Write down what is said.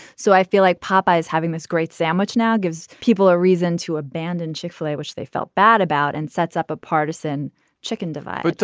so i feel like popeye is having this great sandwich now gives people a reason to abandon chick fil a which they felt bad about and sets up a partisan chicken divide.